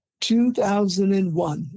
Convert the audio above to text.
2001